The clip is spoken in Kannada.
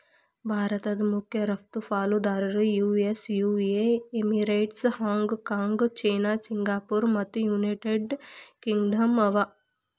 ಭಾರತದ್ ಮಖ್ಯ ರಫ್ತು ಪಾಲುದಾರರು ಯು.ಎಸ್.ಯು.ಎ ಎಮಿರೇಟ್ಸ್, ಹಾಂಗ್ ಕಾಂಗ್ ಚೇನಾ ಸಿಂಗಾಪುರ ಮತ್ತು ಯುನೈಟೆಡ್ ಕಿಂಗ್ಡಮ್ ಅವ